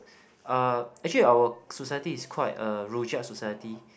uh actually our society is quite a rojak society